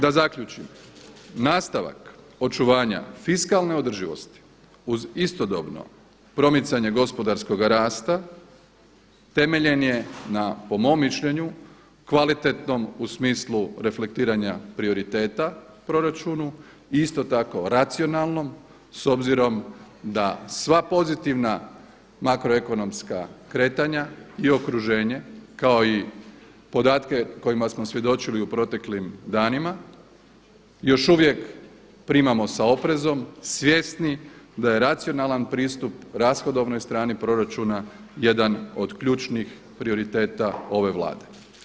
Da zaključim, nastavak očuvanja fiskalne održivosti, uz istodobno promicanje gospodarskoga rasta, temeljen je na, po mom mišljenju, kvalitetnom u smislu reflektiranja prioriteta proračunu i isto tako racionalnom, s obzirom da sva pozitivna makroekonomska kretanja i okruženje kao i podatke kojima smo svjedočili u proteklim danima, još uvijek primamo sa oprezom svjesni da je racionalan pristup rashodovnoj strani proračuna jedan od ključnih prioriteta ove Vlade.